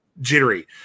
jittery